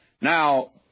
Now